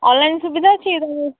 online ସୁବିଧା ଅଛି କି